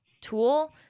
tool